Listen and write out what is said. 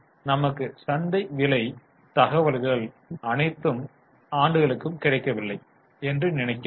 ஆனால் நமக்கு சந்தை விலை தகவல்கள் அனைத்து ஆண்டுகளுக்கும் கிடைக்கவில்லை என்று நினைக்கிறேன்